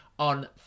on